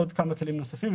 עוד כמה כלים נוספים,